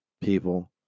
people